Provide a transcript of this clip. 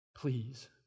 Please